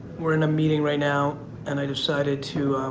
we're in a meeting right now and i decided to